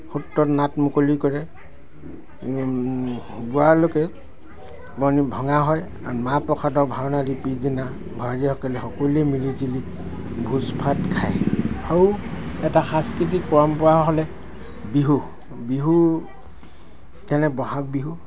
সূত্ৰত নাট মুকলি কৰে ভঙা হয় মাহ প্ৰসাদৰ ভাওনা দি পিছদিনা ভাৱৰীয়াসকলে সকলোৱে মিলি জুলি ভোজ ভাত খায় আৰু এটা সাংস্কৃতিক পৰম্পৰা হ'লে বিহু বিহু যেনে বহাগ বিহু